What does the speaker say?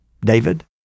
David